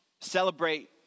celebrate